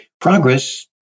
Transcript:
progress